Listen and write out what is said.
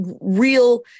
real